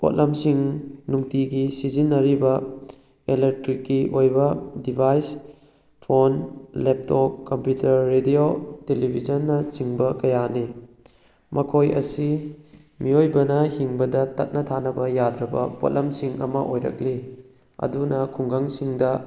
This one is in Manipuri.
ꯄꯣꯠꯂꯝꯁꯤꯡ ꯅꯨꯡꯇꯤꯒꯤ ꯁꯤꯖꯤꯟꯅꯔꯤꯕ ꯏꯂꯦꯛꯇ꯭ꯔꯤꯛꯀꯤ ꯑꯣꯏꯕ device phone laptop computer radio ꯇꯦꯂꯤꯚꯤꯖꯟꯅꯆꯤꯡꯕ ꯀꯌꯥꯅꯤ ꯃꯈꯣꯏ ꯑꯁꯤ ꯃꯤꯑꯣꯏꯕꯅ ꯍꯤꯡꯕꯗ ꯇꯠꯅ ꯊꯥꯅꯕ ꯌꯥꯗ꯭ꯔꯕ ꯄꯣꯠꯂꯝꯁꯤꯡ ꯑꯃ ꯑꯣꯏꯔꯛꯂꯤ ꯑꯗꯨꯅ ꯈꯨꯡꯒꯪꯁꯤꯡꯗ